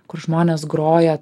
kur žmonės groja